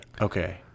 Okay